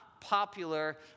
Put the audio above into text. popular